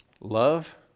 love